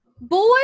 boy